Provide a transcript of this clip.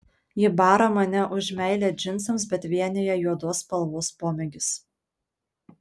ji bara mane už meilę džinsams bet vienija juodos spalvos pomėgis